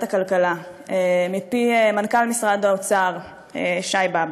הכלכלה מפי מנכ"ל משרד האוצר שי באב"ד,